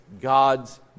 God's